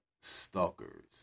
stalkers